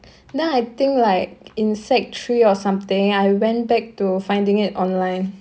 then I think like in sec three or something I went back to finding it online